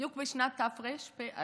בדיוק בשנת תרפ"א,